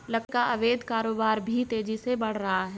लकड़ी का अवैध कारोबार भी तेजी से बढ़ रहा है